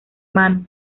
mano